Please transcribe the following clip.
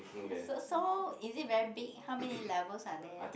so so is it very big how many levels are there